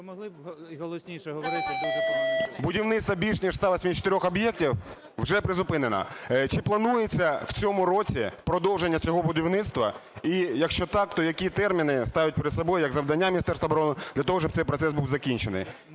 Будівництво більше ніж 184 об'єктів вже призупинено. Чи планується в цьому році продовження цього будівництва? І якщо так, то які терміни ставить перед собою, як завдання, Міністерство оборони для того, щоб цей процес був закінчений?